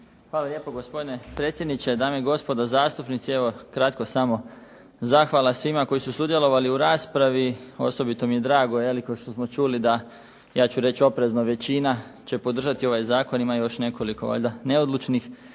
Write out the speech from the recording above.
Hvala lijepo gospodine predsjedniče. Dame i gospodo zastupnici. Evo samo kratko zahvala svima koji su sudjelovali u raspravi. Osobito mi je drago kao što smo čuli da ja ću reći oprezno većina će podržati ovaj zakon. Ima još nekoliko neodlučnih.